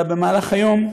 אלא במהלך היום,